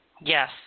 Yes